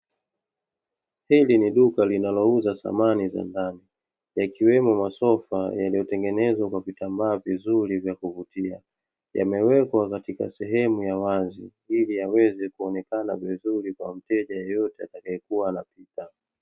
Hili ni duka linalouza samani mbalimbali ya kiwemo masofa, yaliyotengenezwa kwa vitambaa vizuri vya kuvutia. Yamewekwa katika sehemu ya wazi ili, yaweze kuonekana vizuri kwa mteja yeyote atakayekuwa anapita.